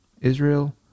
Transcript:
Israel